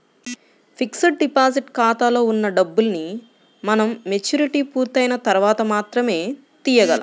fixed deposit ఖాతాలో ఉన్న డబ్బుల్ని మనం మెచ్యూరిటీ పూర్తయిన తర్వాత మాత్రమే తీయగలం